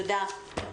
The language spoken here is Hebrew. עאידה,